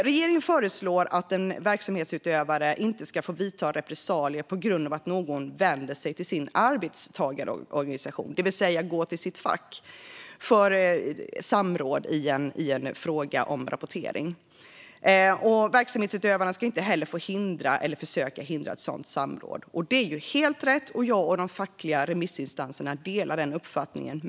Regeringen föreslår att en verksamhetsutövare inte ska få vidta repressalier på grund av att någon vänder sig till sin arbetstagarorganisation, det vill säga går till sitt fack, för samråd i fråga om rapportering. Verksamhetsutövaren ska inte heller få hindra eller försöka hindra ett sådant samråd. Det är helt rätt - jag och de fackliga remissinstanserna delar den uppfattningen.